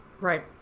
Right